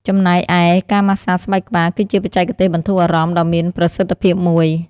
ចំណែកឯ ការម៉ាស្សាស្បែកក្បាល គឺជាបច្ចេកទេសបន្ធូរអារម្មណ៍ដ៏មានប្រសិទ្ធភាពមួយ។